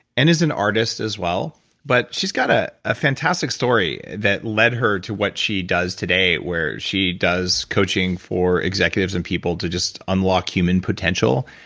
and is an artist as well but she's got a ah fantastic story that led her to what she does today, where she does coaching for executives and people to just unlock human potential,